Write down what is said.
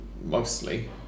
mostly